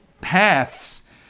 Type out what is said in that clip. paths